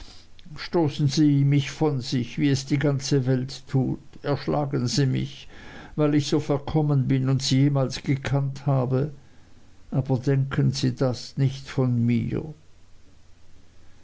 stoßen sie mich von sich wie es die ganze welt tut erschlagen sie mich weil ich so verkommen bin und sie jemals gekannt habe aber denken sie das nicht von mir